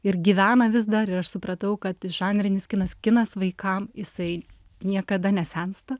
ir gyvena vis dar ir aš supratau kad žanrinis kinas kinas vaikam jisai niekada nesensta